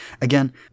Again